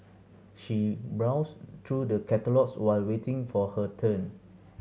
she browsed through the catalogues while waiting for her turn